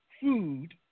food